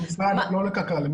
לא לקק"ל.